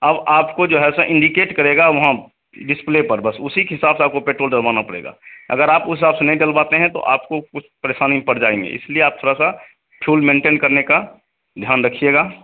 अब आपको जो है सो इंडिकेट करेगा वहाँ डिस्प्ले पर बस उसी के हिसाब से आपको पेट्रोल डलवाना पड़ेगा अगर आप उस हिसाब से नहीं डलवाते हैं तो आपको कुछ परेशानी में पड़ जाएँगे इसलिए आप थोड़ा सा मेनटेन करने का ध्यान रखिएगा